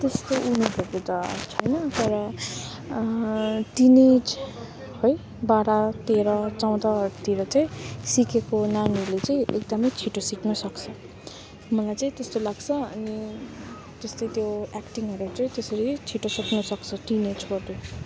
त्यस्तो उमेर भएको त छैन तर टिनएज है बाह्र तेह्र चौधहरूतिर चाहिँ सिकेको नानीहरूले चाहिँ एकदमै छिटो सिक्न सक्छ मलाई चाहिँ त्यस्तो लाग्छ अनि त्यस्तो त्यो एक्टिङहरू चाहिँ त्यसरी छिटो सिक्न सक्छ टिनएजकोले